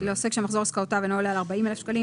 "לעוסק שמחזור עסקאותיו בשנת הבסיס עולה על 95 אלף שקלים